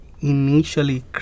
initially